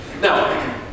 Now